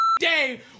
day